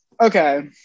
Okay